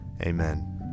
amen